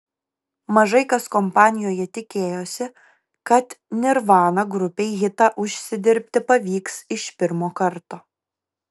mažai kas kompanijoje tikėjosi kad nirvana grupei hitą užsidirbti pavyks iš pirmo karto